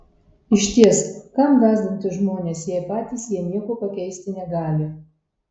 išties kam gąsdinti žmones jei patys jie nieko pakeisti negali